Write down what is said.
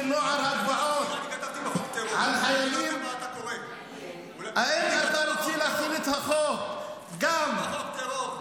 נוער הגבעות על חיילים --- אני כתבתי בחוק "טרור".